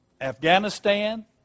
Afghanistan